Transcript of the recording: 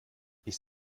ist